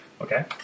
Okay